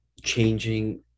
changing